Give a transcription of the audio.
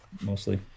mostly